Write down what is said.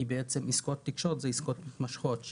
כי בעצם עסקות תקשורת אלה עסקות מתמשכות.